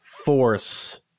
force